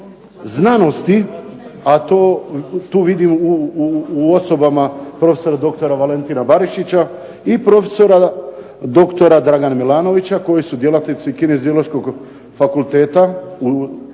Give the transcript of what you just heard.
znanosti a tu vidim u osobama prof. dr. Valentina Barišića i profesora doktora Dragana Milanovića, koji su djelatnici Kineziološkog fakulteta